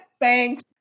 Thanks